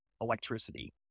electricity